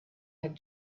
had